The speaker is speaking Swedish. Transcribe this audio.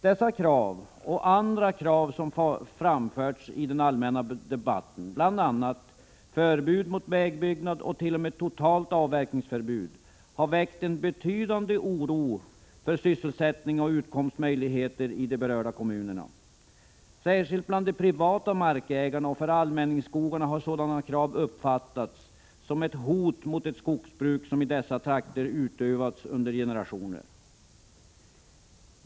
Dessa krav och andra krav som framförts i den allmänna debatten, bl.a. om förbud mot vägbyggnad och t.o.m. totalt avverkningsförbud, har väckt en betydande oro för sysselsättning och utkomstmöjligheter i de berörda kommunerna. Särskilt bland de privata markägarna och för allmänningsskogarna har sådana krav uppfattats som ett hot mot ett skogsbruk som i dessa trakter utövats under generationer.